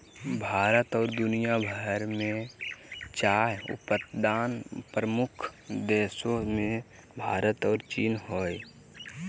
भारत और दुनिया भर में चाय उत्पादन प्रमुख देशों मेंभारत और चीन हइ